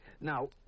Now